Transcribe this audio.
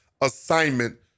assignment